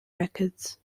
records